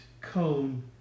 cone